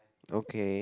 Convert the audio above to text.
okay